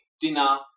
Dinner